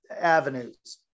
avenues